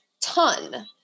ton